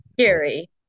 scary